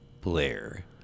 Blair